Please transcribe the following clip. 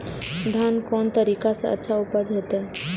धान कोन तरीका से अच्छा उपज होते?